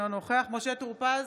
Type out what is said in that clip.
אינו נוכח משה טור פז,